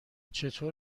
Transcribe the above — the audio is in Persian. چطور